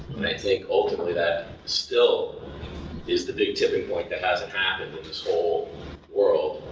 and i take ultimately that still is the big tipping point that hasn't happened in this whole world.